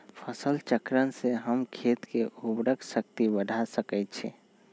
फसल चक्रण से हम खेत के उर्वरक शक्ति बढ़ा सकैछि?